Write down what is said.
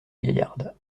gaillarde